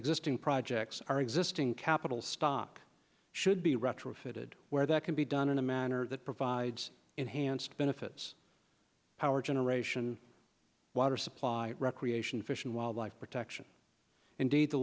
existing projects are existing capital stock should be retrofitted where that can be done in a manner that provides enhanced benefits power generation water supply recreation fish and wildlife protection indeed the